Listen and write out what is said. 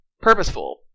purposeful